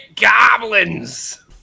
goblins